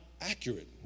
accurate